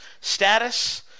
status